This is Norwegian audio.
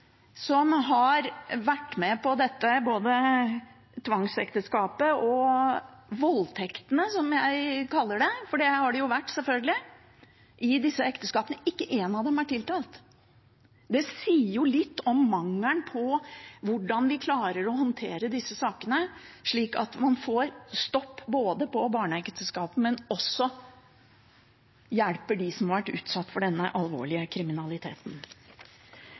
som har vært med på dette, både tvangsekteskapene og voldtektene, som jeg kaller det – for det har det jo selvfølgelig vært i disse ekteskapene – har blitt tiltalt. Det sier litt om manglene ved måten vi klarer å håndtere disse sakene på, slik at man kunne få både stoppet barneekteskapene og hjulpet dem som har vært utsatt for denne alvorlige kriminaliteten.